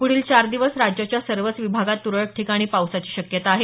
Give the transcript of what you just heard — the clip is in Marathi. पुढील चार दिवस राज्याच्या सर्वच विभागांत तुरळक ठिकाणी पावसाची शक्यता आहे